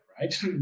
right